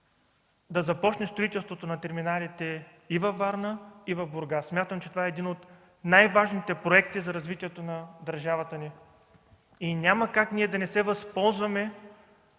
да започне строителството на терминалите и във Варна, и в Бургас. Смятам, че това е един от най важните проекти за развитието на държавата ни и няма как ние да не се възползваме